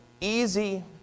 easy